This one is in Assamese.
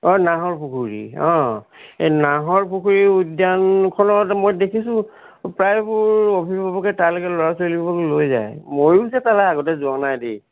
অঁ নাহৰ পুখুৰী অঁ এই নাহৰ পুখুৰী উদ্যানখনত মই দেখিছোঁ প্ৰায়বোৰ অভিভাৱকে তালৈকে ল'ৰা ছোৱালীবোৰ লৈ যায় ময়ো যে তালৈ আগতে যোৱা নাই দেই